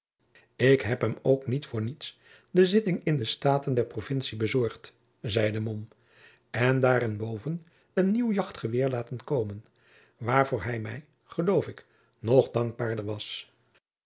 ik heb hem ook niet voor niets de zitting in de staten der provintie bezorgd zeide mom en daarenboven een nieuw jachtgeweer laten komen waarvoor hij mij geloof ik nog dankbaarder was